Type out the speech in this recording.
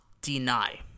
deny